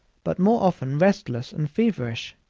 but more often restless and feverish.